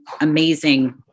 amazing